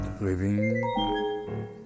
living